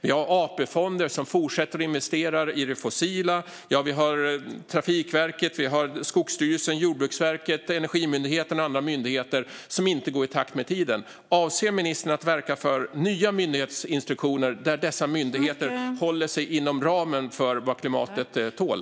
Vi har AP-fonder som fortsätter att investera i det fossila, och vi har Trafikverket, Skogsstyrelsen, Jordbruksverket, Energimyndigheten och andra myndigheter som inte går i takt med tiden. Avser ministern att verka för nya myndighetsinstruktioner där dessa myndigheter håller sig inom ramen för vad klimatet tål?